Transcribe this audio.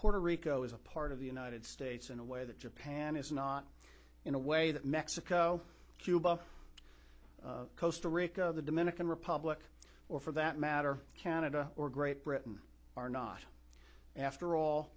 puerto rico is a part of the united states in a way that japan is not in a way that mexico cuba coast or rick of the dominican republic or for that matter canada or great britain are not after all